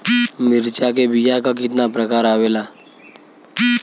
मिर्चा के बीया क कितना प्रकार आवेला?